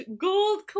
gold